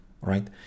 right